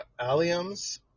alliums